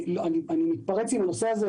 אני מתפרץ עם הנושא הזה,